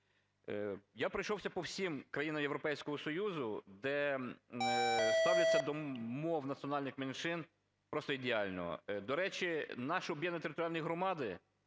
Я пройшовся по всім країнам Європейського Союзу, де ставляться до мов національних меншин просто ідеально. До речі, наші об'єднані територіальні громади,